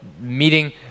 meeting